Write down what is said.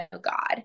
god